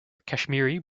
kashmiri